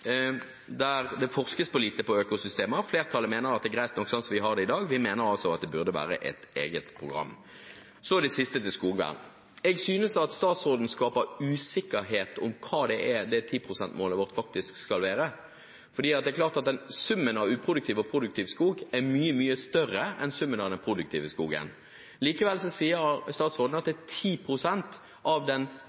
Det forskes for lite på økosystemer. Flertallet mener at det er greit nok som vi har det i dag, men vi mener altså at det burde være et eget program. Så til sist til skogvern. Jeg synes at statsråden skaper usikkerhet om hva 10 pst.-målet vårt faktisk skal være, for det er klart at summen av uproduktiv og produktiv skog er mye, mye større enn summen av den produktive skogen. Likevel sier statsråden at 10 pst. av den